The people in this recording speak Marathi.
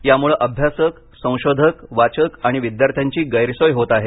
यामुळे अभ्यासक संशोधक वाचक आणि विद्यार्थ्यांची गैरसोय होत आहे